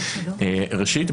ראשית,